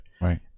Right